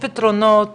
את הפתרונות